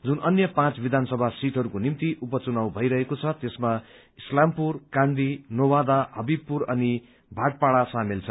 जुन अन्य पाँच विधान सभा सीटहरूको निम्ति उपचुनाव भइरहेको छ त्यसमा इस्लामपुर काँदी नोबादा हबीबपुर अनि भाटपाड़ा सामेल छन्